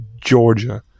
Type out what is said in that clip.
Georgia